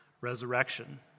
resurrection